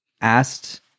asked